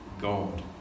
God